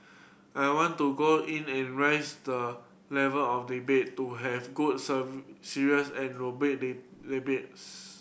I want to go in and raise the level of debate to have good serve serious and robust the debates